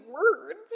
words